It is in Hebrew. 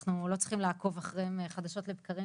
אנחנו לא צריכים לעקוב אחריהם חדשות לבקרים